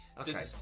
Okay